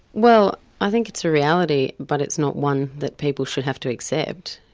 well i think it's a reality, but it's not one that people should have to accept.